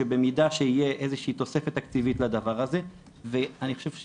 שבמידה שיהיה איזושהי תוספת תקציבית לדבר הזה ואני חושב,